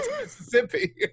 Mississippi